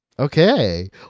okay